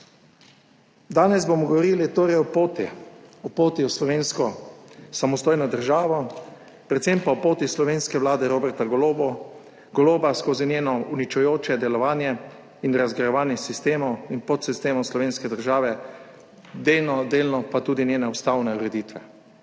Danes bomo torej govorili o poti, o poti v slovensko samostojno državo, predvsem pa o poti slovenske vlade Roberta Goloba skozi njeno uničujoče delovanje in razgrajevanje sistemov in podsistemov slovenske države, delno pa tudi njene ustavne ureditve.